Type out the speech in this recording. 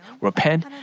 repent